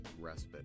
respite